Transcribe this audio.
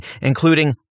including